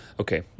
Okay